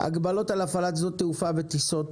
(הגבלות על הפעלת שדות תעופה וטיסות)